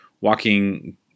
walking